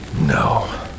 No